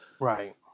Right